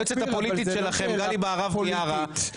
היועצת הפוליטית שלכם גלי בהרב מיארה,